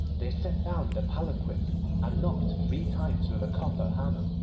they set down the palanquin and knocked three times with a copper hammer.